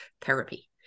therapy